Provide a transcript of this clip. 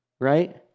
right